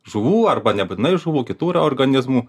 žuvų arba nebūtinai žuvų kitų yra organizmų